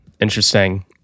Interesting